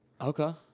Okay